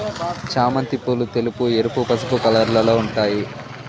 చామంతి పూలు తెలుపు, ఎరుపు, పసుపు కలర్లలో ఉంటాయి